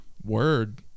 Word